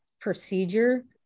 procedure